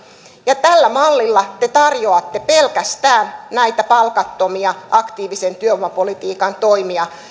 ja tällä mallilla te tarjoatte pelkästään näitä palkattomia aktiivisen työvoimapolitiikan toimia